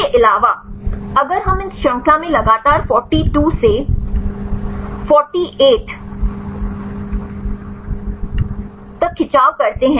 इसके अलावा अगर हम इस श्रृंखला में लगातार 42 से 48 तक खिंचाव करते हैं